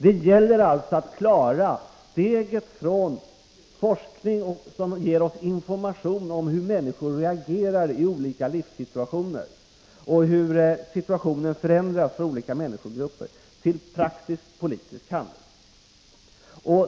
Det gäller alltså att klara steget från forskning, som ger oss information om hur människor reagerar i olika livssituationer och hur situationen förändras för olika människogrupper, till praktisk politisk handling.